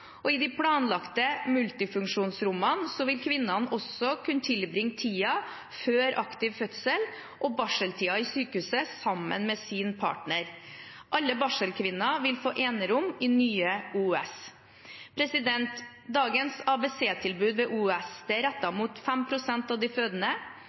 I de planlagte multifunksjonsrommene vil kvinnene også kunne tilbringe tiden før aktiv fødsel og barseltiden i sykehuset sammen med sin partner. Alle barselkvinner vil få enerom i Nye OUS. Dagens ABC-tilbud ved OUS er